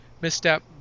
Misstep